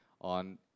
on